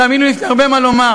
תאמינו לי, יש לי הרבה מה לומר.